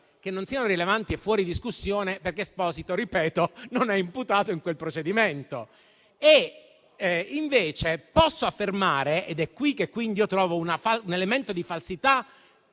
che non siano rilevanti è fuori discussione, perché Esposito - ripeto - non è imputato in quel procedimento. Invece posso affermare - ed è qui che quindi trovo un elemento di falsità